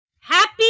Happy